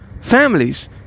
families